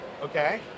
Okay